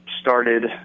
started